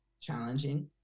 challenging